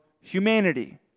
humanity